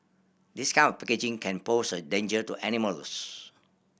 this kind of packaging can pose a danger to animals